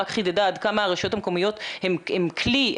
רק חידדה עד כמה הרשויות המקומיות הן כלי,